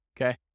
okay